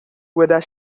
whether